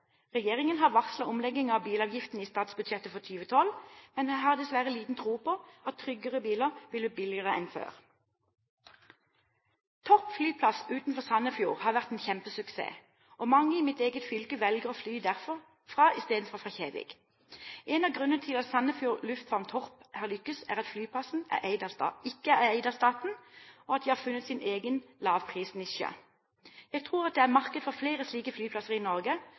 Regjeringen har varslet omlegging av bilavgiftene i statsbudsjettet for 2012, men jeg har dessverre liten tro på at tryggere biler blir billigere enn før. Torp flyplass utenfor Sandefjord har vært en kjempesuksess, og mange i mitt eget fylke velger å fly derfra istedenfor fra Kjevik. En av grunnene til at Sandefjord Lufthavn Torp har lyktes, er at flyplassen ikke er eid av staten, og at de har funnet sin egen lavprisnisje. Jeg tror det er et marked for flere slike flyplasser i Norge.